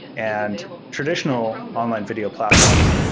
and traditional online video platforms,